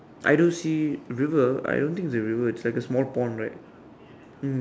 I don't see river I don't think it's a river it's like a small pond right mm